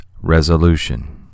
Resolution